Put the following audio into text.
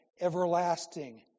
everlasting